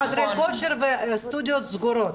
--- חדרי כושר וסטודיו סגורים.